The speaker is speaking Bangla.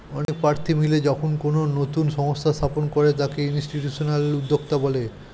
অনেক প্রার্থী মিলে যখন কোনো নতুন সংস্থা স্থাপন করে তাকে ইনস্টিটিউশনাল উদ্যোক্তা বলে